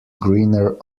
greener